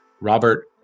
Robert